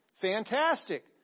Fantastic